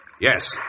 Yes